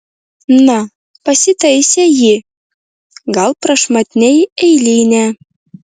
na pasitaisė ji gal prašmatniai eilinė